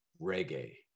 reggae